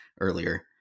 earlier